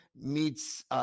meets